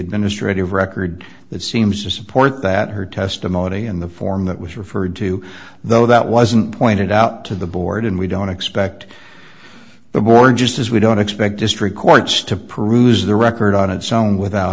administrative record that seems to support that her testimony in the form that was referred to though that wasn't pointed out to the board and we don't expect the board just as we don't expect just records to prove the record on its own without